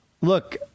Look